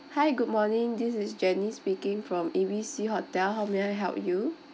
hi good morning this is janice speaking from A B C hotel how may I help you